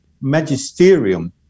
magisterium